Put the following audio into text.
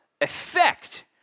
effect